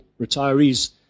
retirees